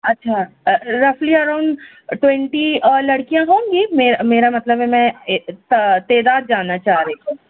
اچھا رفلی around twenty لڑکیاں ہوں گی میں میرا مطلب ہے میں تعداد جاننا چاہ رہی تھی